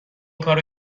کارو